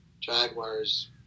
Jaguars